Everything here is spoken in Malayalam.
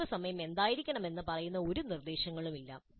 കാത്തിരിപ്പ് സമയം എന്തായിരിക്കണമെന്ന് പറയുന്ന ഒരു നിർദ്ദേശങ്ങളും ഇല്ല